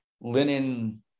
linen